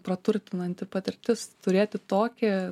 praturtinanti patirtis turėti tokį